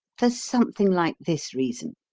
for something like this reason.